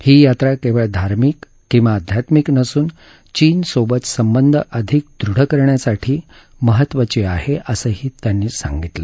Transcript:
ही यात्रा केवळ धार्मिक किंवा अध्यात्मिक नसून चीन सोबत संबंध अधिक दृढ करण्यासाठी महत्त्वपूर्ण आहे असही ते म्हणाले